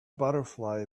butterfly